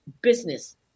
business